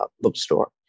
bookstore